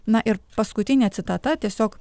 na ir paskutinė citata tiesiog